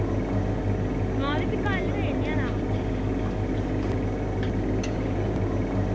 हां ते फ्ही कल गै ज'न्नेआं तां